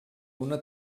una